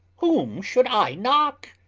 whom should i knock?